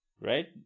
right